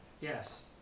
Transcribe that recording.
Yes